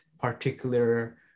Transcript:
particular